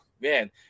man